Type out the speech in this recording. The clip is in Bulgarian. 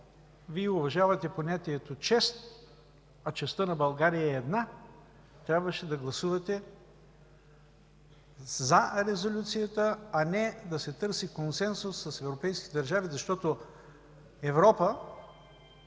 Вие уважавате понятието „чест”, а честта на България е една, трябваше да гласувате за Резолюцията, а не да се търси консенсус с европейските държави, защото Европа